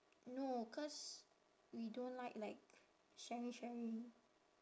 no cause we don't like like sharing sharing